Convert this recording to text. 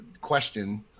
question